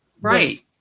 Right